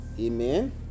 amen